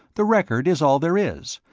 the record is all there is,